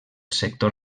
sector